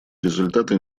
результаты